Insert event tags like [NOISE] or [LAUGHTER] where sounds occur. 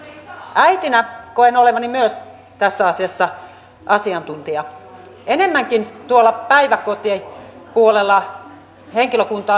äitinä koen olevani myös tässä asiassa asiantuntija enemmänkin tuolla päiväkotien puolella henkilökunta [UNINTELLIGIBLE]